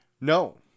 No